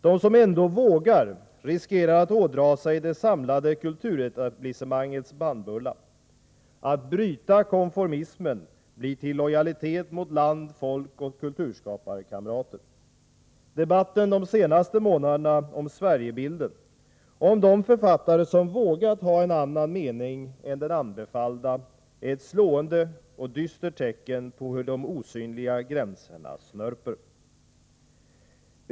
De som ändå vågar riskerar att ådra sig det samlade kulturetablissemangets bannbulla. Att bryta konformismen blir till illojalitet mot land, folk och kulturskaparkamrater. Debatten de senaste månaderna om Sverigebilden — och om de författare som vågat ha en annan mening än den anbefallda — är ett slående och dystert tecken på hur de osynliga gränserna snörps ihop.